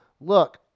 look